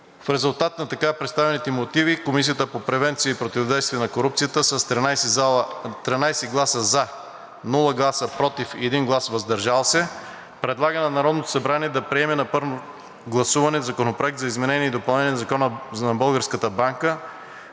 В резултат на така представените мотиви Комисията по превенция и противодействие на корупцията с 13 „за“, без „против“ и 1 „въздържал се“ предлага на Народното събрание да приеме на първо гласуване Законопроект за изменение и допълнение на Закона за Българската народна